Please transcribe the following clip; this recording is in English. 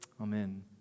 Amen